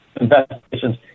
investigations